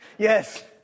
Yes